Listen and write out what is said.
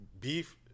beef